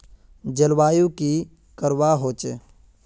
जलवायु की करवा होचे?